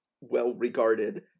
well-regarded